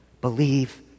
believe